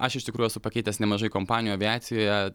aš iš tikrųjų esu pakeitęs nemažai kompanijų aviacijoje